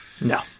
no